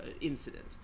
incident